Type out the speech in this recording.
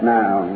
now